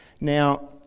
Now